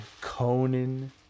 Conan